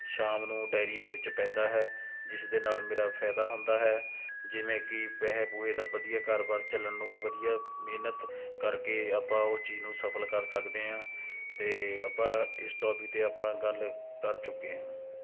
ਸ਼ਾਮ ਨੂੰ ਡੇਅਰੀ ਦੇ ਵਿੱਚ ਪੈਂਦਾ ਹੈ ਜਿਸ ਦੇ ਨਾਲ਼ ਮੇਰਾ ਫਾਇਦਾ ਹੁੰਦਾ ਹੈ ਜਿਵੇਂ ਕਿ ਪੈਸੇ ਪੁਸੇ ਦਾ ਵਧੀਆ ਘਰ ਬਾਰ ਚੱਲਣ ਨੂੰ ਵਧੀਆ ਮਿਹਨਤ ਕਰਕੇ ਆਪਾਂ ਉਸ ਚੀਜ਼ ਨੂੰ ਸਫ਼ਲ ਕਰ ਸਕਦੇ ਹਾਂ ਅਤੇ ਆਪਾਂ ਇਸ ਟੌਪਿਕ 'ਤੇ ਆਪਾਂ ਗੱਲ ਕਰ ਚੁੱਕੇ ਹਾਂ